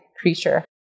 creature